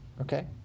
Okay